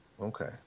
Okay